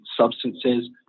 substances